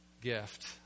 gift